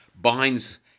binds